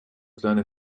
kleine